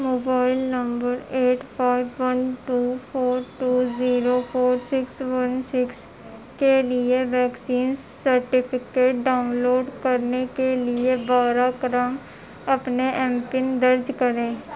mobile number eight five one two four two zero four six one six کے لیے vaccine certificate download کرنے کے لیے براہ کرم اپنے ایم پن درج کریں